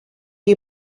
you